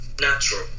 natural